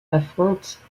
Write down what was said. affronte